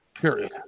period